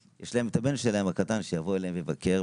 יש להם את הבן הקטן שלהם שיבוא אליהם לבקר,